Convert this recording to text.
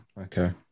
okay